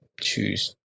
choose